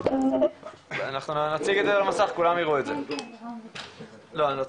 אז שאלו איפה הדור